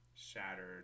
Shattered